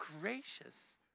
gracious